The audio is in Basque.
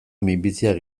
minbiziak